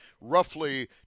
roughly